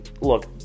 Look